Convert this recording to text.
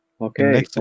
Okay